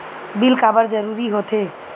Bill काबर जरूरी होथे?